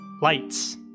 lights